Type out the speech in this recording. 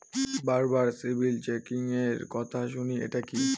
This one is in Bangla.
বারবার সিবিল চেকিংএর কথা শুনি এটা কি?